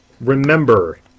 remember